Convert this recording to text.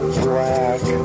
black